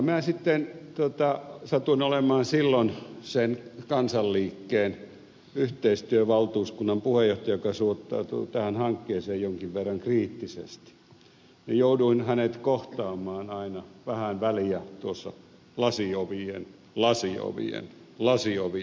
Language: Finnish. minä sitten satuin olemaan silloin sen kansanliikkeen yhteistyövaltuuskunnan puheenjohtaja joka suhtautui tähän hankkeeseen jonkin verran kriittisesti ja jouduin hänet kohtaamaan aina vähän väliä tuossa lasi ovien takana